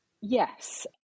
Yes